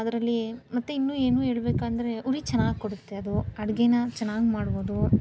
ಅದರಲ್ಲಿ ಮತ್ತೆ ಇನ್ನೂ ಏನು ಹೇಳ್ಬೇಕಂದ್ರೆ ಉರಿ ಚೆನ್ನಾಗಿ ಕೊಡುತ್ತೆ ಅದು ಅಡಿಗೇನ ಚೆನ್ನಾಗಿ ಮಾಡ್ಬೋದು